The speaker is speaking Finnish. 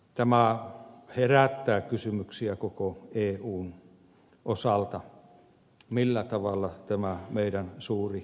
tämä herättää kysymyksiä koko eun osalta millä tavalla tämä meidän suuri yhteisömme toimii